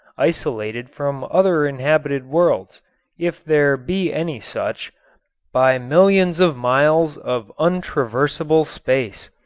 isolated from other inhabited worlds if there be any such by millions of miles of untraversable space.